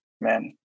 man